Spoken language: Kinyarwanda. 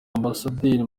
ambasaderi